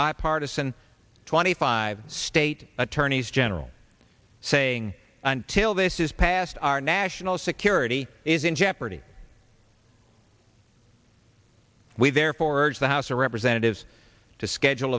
by partisan twenty five state attorneys general saying until this is passed our national security is in jeopardy we therefore are the house of representatives to schedule